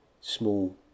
small